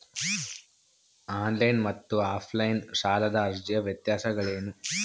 On line ಮತ್ತು offline ಸಾಲದ ಅರ್ಜಿಯ ವ್ಯತ್ಯಾಸಗಳೇನು?